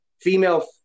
female